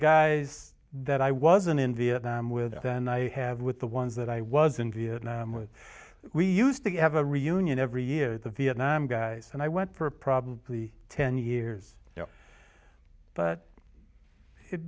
guys that i wasn't in vietnam with and i have with the ones that i was in vietnam with we used to have a reunion every year the vietnam guys and i went for probably ten years